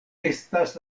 estas